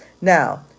Now